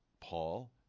Paul